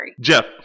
Jeff